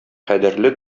кадерле